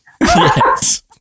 Yes